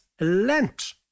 lent